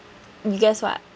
you guess what